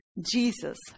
Jesus